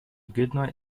goodnight